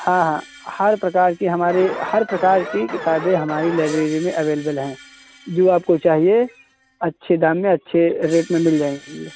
हाँ हाँ हर प्रकार की हमारी हर प्रकार किताबें हमारी लाइब्रेरी में अवेलेबल हैं जो आपको चाहिए अच्छे दाम में अच्छे रेट में मिल जाएंगे